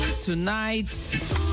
Tonight